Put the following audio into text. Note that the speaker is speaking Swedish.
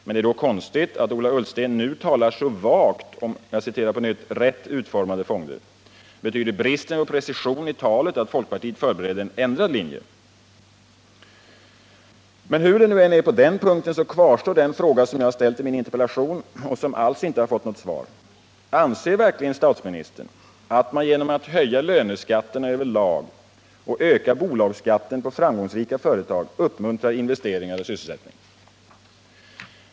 Det är därför konstigt att Ola Ullsten nu talar så vagt om ”rätt utformade fonder”. Betyder bristen på precision i talet att folkpartiet förbereder en ändrad linje? Men hur det än är på den punkten, kvarstår den fråga som jag har ställt i min interpellation och som alls inte blivit besvarad: Anser verkligen statsministern att man genom att höja löneskatterna över lag och öka bolagsskatten på framgångsrika företag uppmuntrar investeringar och sysselsättning?